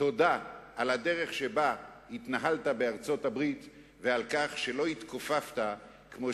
תודה על הדרך שבה התנהלת בארצות-הברית ועל כך שלא התכופפת כמו